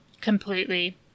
completely